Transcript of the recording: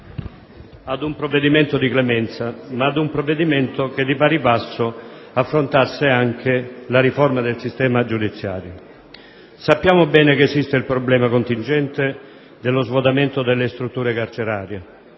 ad un provvedimento di clemenza, ma ad un provvedimento di clemenza che, di pari passo, affrontasse anche la riforma del sistema giudiziario. Sappiamo bene che esiste il problema contingente dello svuotamento delle strutture carcerarie,